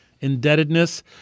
indebtedness